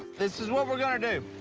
this is what we're gonna do.